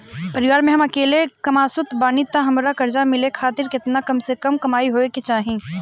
परिवार में हम अकेले कमासुत बानी त हमरा कर्जा मिले खातिर केतना कम से कम कमाई होए के चाही?